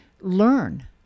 learn